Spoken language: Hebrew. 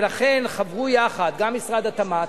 לכן חברו יחד גם משרד התמ"ת,